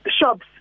shops